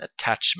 attachment